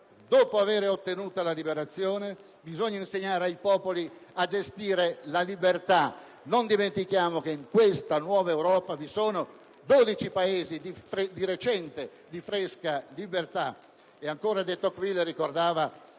dopo avere ottenuta la liberazione, bisogna insegnare ai popoli a gestire la libertà: non dimentichiamo che in questa nuova Europa vi sono 12 Paesi di recente libertà.